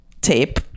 tape